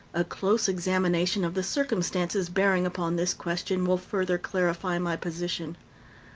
a close examination of the circumstances bearing upon this question will further clarify my position.